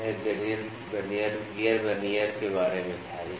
तो यह gear vernier के बारे में था